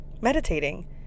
Meditating